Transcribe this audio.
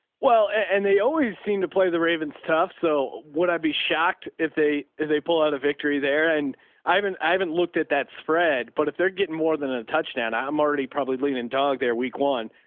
well, and they always seem to play the ravens tufts. so would i be shocked if they, they pull out a victory there? and i haven't, i haven't looked at that spread, but if they're getting more than a touchdown, i'm already probably leaning dog their week one,